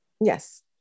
Yes